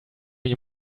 you